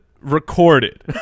recorded